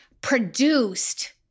produced